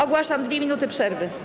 Ogłaszam 2 minuty przerwy.